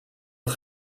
het